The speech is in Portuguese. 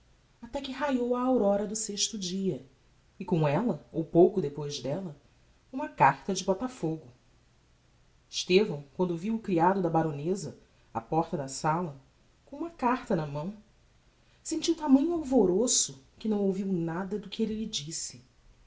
até que raiou a aurora do sexto dia e com ella ou pouco depois della uma carta de botafogo estevão quando viu o creado da baroneza á porta da saia com uma carta na mão sentiu tamanho alvorôço que não ouviu nada do que elle lhe disse